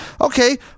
Okay